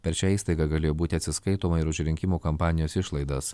per šią įstaigą galėjo būti atsiskaitoma ir už rinkimų kampanijos išlaidas